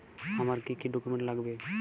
আমার কি কি ডকুমেন্ট লাগবে?